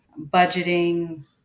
budgeting